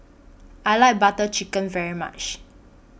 I like Butter Chicken very much